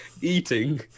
eating